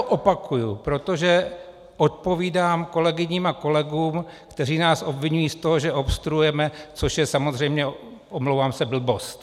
Opakuji to, protože odpovídám kolegyním a kolegům, kteří nás obviňují z toho, že obstruujeme, což je samozřejmě, omlouvám se, blbost.